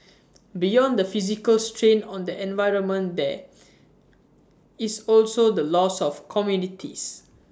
beyond the physical strain on the environment there is also the loss of communities